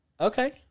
Okay